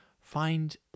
find